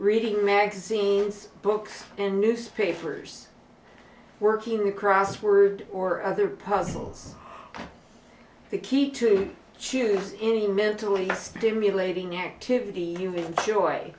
reading magazines books and newspapers working a crossword or other puzzles the key to choose any mentally stimulating activity you